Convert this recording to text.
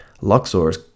Luxor's